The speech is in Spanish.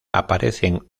aparecen